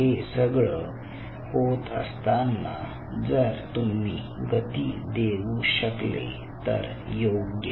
हे सगळं होत असताना जर तुम्ही गती देऊ शकले तर योग्यच